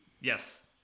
yes